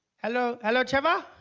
hello? hello, trevor?